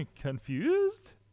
Confused